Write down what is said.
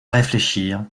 réfléchir